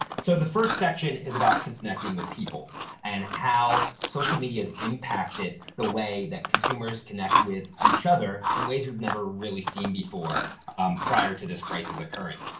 so the first section is about connecting with people and how social media has impacted the way that consumers connect with each other in ways we've never really seen before prior to this crisis occurring.